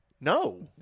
No